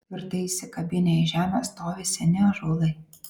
tvirtai įsikabinę į žemę stovi seni ąžuolai